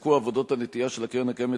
הופסקו עבודות הנטיעה של הקרן הקיימת